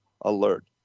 alert